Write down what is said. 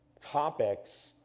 topics